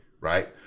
Right